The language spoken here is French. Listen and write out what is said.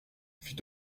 fit